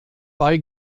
bei